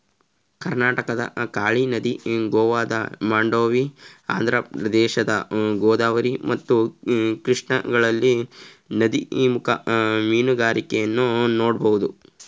ಕರ್ನಾಟಕದ ಕಾಳಿ ನದಿ, ಗೋವಾದ ಮಾಂಡೋವಿ, ಆಂಧ್ರಪ್ರದೇಶದ ಗೋದಾವರಿ ಮತ್ತು ಕೃಷ್ಣಗಳಲ್ಲಿ ನದಿಮುಖ ಮೀನುಗಾರಿಕೆಯನ್ನು ನೋಡ್ಬೋದು